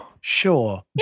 sure